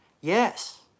Yes